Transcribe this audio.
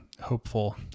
hopeful